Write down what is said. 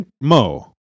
Mo